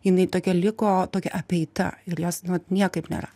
jinai tokia liko tokia apeita ir jos vat niekaip nėra